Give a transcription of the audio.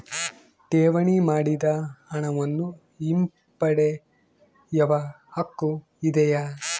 ಠೇವಣಿ ಮಾಡಿದ ಹಣವನ್ನು ಹಿಂಪಡೆಯವ ಹಕ್ಕು ಇದೆಯಾ?